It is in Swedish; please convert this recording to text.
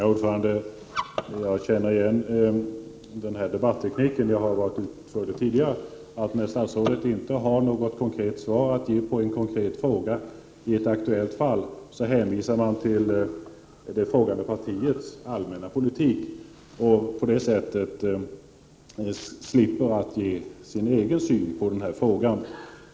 Herr talman! Jag känner igen den här debattekniken. Jag har varit ute för det tidigare att när ett statsråd inte har något konkret svar att ge på en konkret fråga i ett aktuellt fall så hänvisar han till det frågande partiets allmänna politik och slipper på det sättet ge sin egen syn på frågan.